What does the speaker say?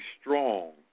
strong